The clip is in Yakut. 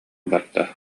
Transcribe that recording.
барда